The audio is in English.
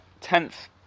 Tenth